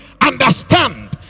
understand